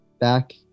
back